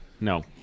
No